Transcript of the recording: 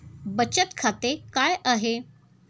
बचत खाते काय आहे?